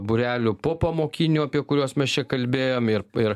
būrelių popamokinių apie kuriuos mes čia kalbėjom ir ir